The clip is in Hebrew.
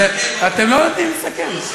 אתם לא נותנים לסכם.